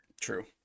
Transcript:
True